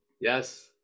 Yes